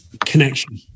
connection